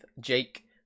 Jake